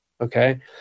Okay